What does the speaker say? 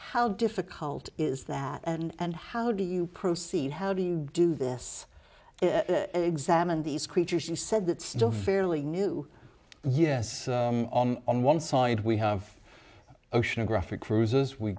how difficult is that and how do you proceed how do you do this examined these creatures you said that still fairly new years on one side we have oceanographic cruisers we